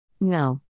No